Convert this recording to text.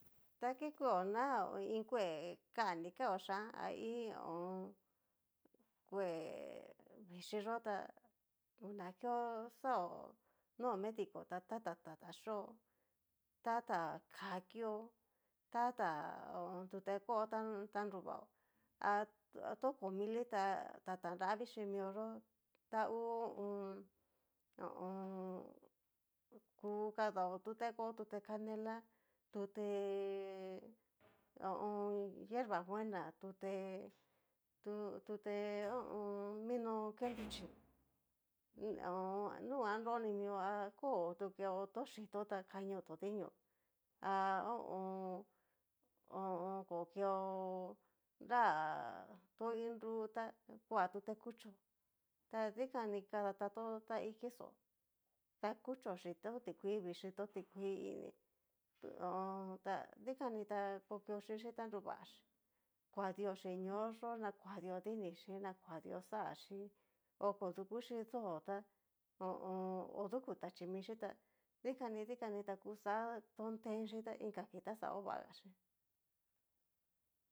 Ta ki kueo na iin kue kani kao xhián, a iin ho o onn. kue vichii yó ta, pues na keo xao no medico ta tatá tata xhio, tata ká kio, tata tu te kó ta nruvao ha hatoko mili ta tata nravi nravi xhimioyó ta ngu ho o on. ku kadao tu te kó tu te canela tuté ho o on. hierba buena tuté, tuté ho o on. vino ké nruchí há nunguan nrunimio a ko tu keo to chitó ta kanio tó dinió ha ho o on. kó keo nra to iin nru tá ku'a tuté kuchío, ta dikano kadatató taiki xó dakuchó xhí to tikuii vichíí to ti kuii ini to hon dikanitá ta dikani ta kokio xhínxhi ta nruvaxhí kuadio chí ñoyó, nakuadio dinichí, na kuadio xachí, hoko dukuchí dó ta ho o on. odukú tachí michí tá dikani dikani ta kuxá tón tenchí ta inka kii ta xa ovagaxhí.